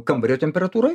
kambario temperatūroj